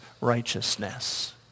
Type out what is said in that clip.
righteousness